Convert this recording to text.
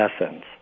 essence